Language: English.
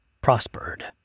prospered